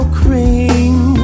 cream